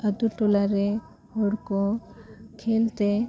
ᱟᱛᱳ ᱴᱚᱞᱟᱨᱮ ᱦᱚᱲ ᱠᱚ ᱠᱷᱮᱞ ᱛᱮ